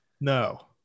No